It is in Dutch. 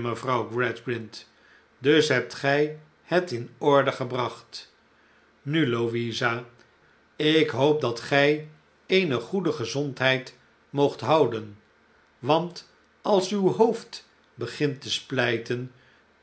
mevrouw gradgrind dus hebt gij het in orde gebracht nu louisa ik hoop dat gij eene goede gezondheid moogt houden want als uw hoofd begint te splijten